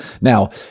Now